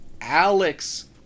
Alex